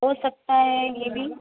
ہو سکتا ہے یہ بھی